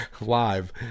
live